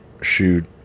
shoot